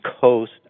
coast